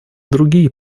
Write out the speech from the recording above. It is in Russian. другие